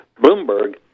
Bloomberg